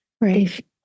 right